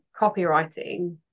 copywriting